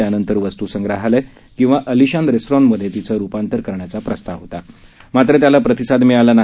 त्यानंतर वस्तूसंग्रहालय किंवा अलिशान रेस्त्रॉमधे तिचं रुपांतर करण्याचा प्रस्ताव होता मात्र त्याला प्रतिसाद मिळाला नाही